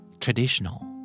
traditional